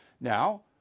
now